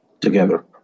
together